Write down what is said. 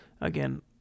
again